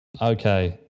Okay